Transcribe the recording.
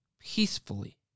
peacefully